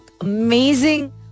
amazing